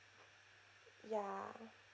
ya